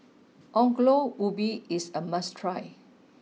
Ongol Ubi is a must try